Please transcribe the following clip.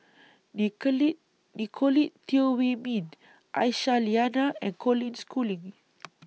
Nicolette Teo Wei Min Aisyah Lyana and Colin Schooling